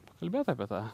pakalbėt apie tą